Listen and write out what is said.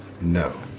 no